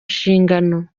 nshingano